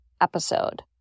episode